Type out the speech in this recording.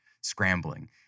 scrambling